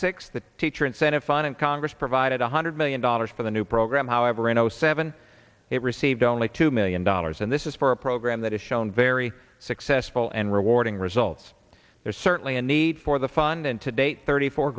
six the teacher incentive fine and congress provided one hundred million dollars for the new program however in zero seven it received only two million dollars and this is for a program that is shown very successful and rewarding results there's certainly a need for the fund and today thirty four